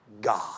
God